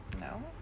No